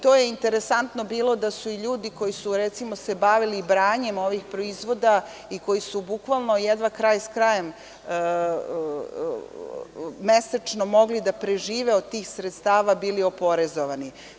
To je interesantno bilo da su i ljudi koji su se recimo bavili branjem ovih proizvoda i koji su bukvalno jedva kraj s krajem mesečno mogli da prežive od tih sredstava bili oporezovani.